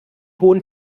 hohen